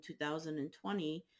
2020